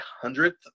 hundredth